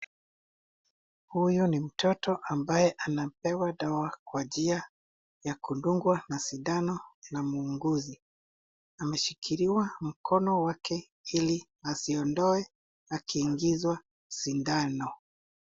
Huyo ni mtoto ambaye anapewa dawa kwa njia ya kudungwa na sindano na muuguzi, ameshikiliwa mkono wake ili asiondoe akiingizwa sindano.